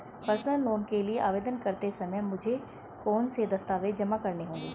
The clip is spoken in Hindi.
पर्सनल लोन के लिए आवेदन करते समय मुझे कौन से दस्तावेज़ जमा करने होंगे?